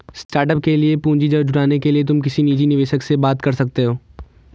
startup के लिए पूंजी जुटाने के लिए तुम किसी निजी निवेशक से बात कर सकते हो